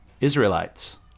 Israelites